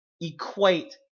equate